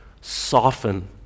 Soften